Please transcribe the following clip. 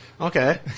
Okay